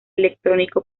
electrónico